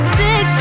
big